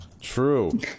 True